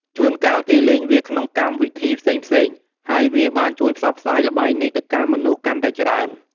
ជួនកាលគេលេងវាក្នុងកម្មវិធីផ្សេងៗ ហើយវាបានជួយផ្សព្វផ្សាយល្បែងនេះទៅកាន់មនុស្សកាន់តែច្រើន។